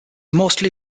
mostly